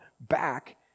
back